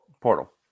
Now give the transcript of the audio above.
Portal